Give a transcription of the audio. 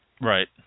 right